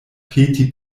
peti